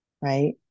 Right